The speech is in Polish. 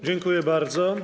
Dziękuję bardzo.